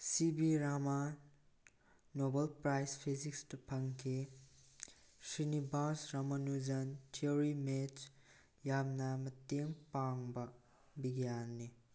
ꯁꯤ V Raman Nobel prize ꯐꯤꯖꯤꯛꯁꯇ ꯐꯪꯈꯤ ꯁ꯭ꯔꯤꯅꯤꯕꯥꯁ ꯔꯃꯥꯅꯨꯖꯟ ꯊꯤꯑꯣꯔꯤ ꯃꯦꯠꯁ ꯌꯥꯝꯅ ꯃꯇꯦꯡ ꯄꯥꯡꯕ ꯕꯤꯒ꯭ꯋꯥꯟꯅꯤ